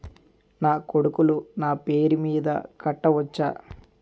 నా కొడుకులు నా పేరి మీద కట్ట వచ్చా?